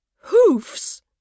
Hoofs